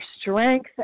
strength